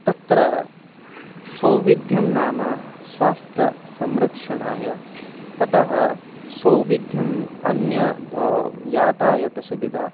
तत्र सौविध्यं नाम स्वास्थ्यसंरक्षणाय ततः सौविध्यम् अन्य यातायातसुविधा